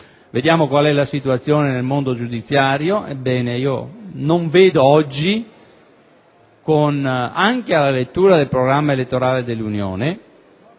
Vediamo qual è la situazione nel mondo giudiziario: ebbene, non vedo oggi, anche alla lettura del programma elettorale dell'Unione,